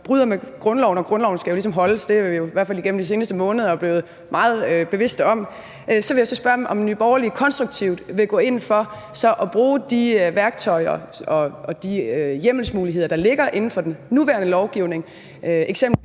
bryder grundloven – og grundloven skal ligesom holdes, det er vi jo i hvert fald igennem de seneste måneder blevet meget bevidste om – om Nye Borgerlige konstruktivt vil gå ind for så at bruge de værktøjer og de hjemmelsmuligheder, der ligger inden for den nuværende lovgivning,